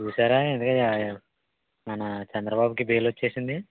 చూశారా ఇదీ మన చంద్ర బాబుకి బెయిల్ వచ్చేసింది